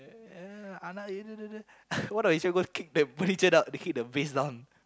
one of his go kick the out go kick the base down